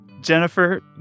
Jennifer